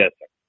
yes